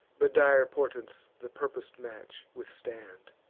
but dire portents the purpos'd match withstand.